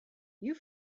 you